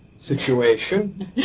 situation